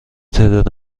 تعداد